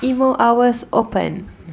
emo hours open